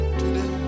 today